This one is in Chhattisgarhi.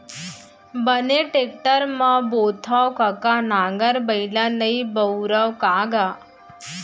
बने टेक्टर म बोथँव कका नांगर बइला नइ बउरस का गा?